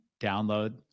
download